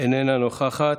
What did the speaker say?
איננה נוכחת.